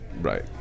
right